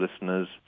listeners